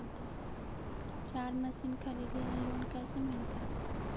चारा मशिन खरीदे ल लोन कैसे मिलतै?